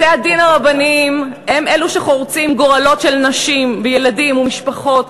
בתי-הדין הרבניים הם שחורצים גורלות של נשים וילדים ומשפחות,